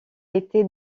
été